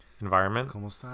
environment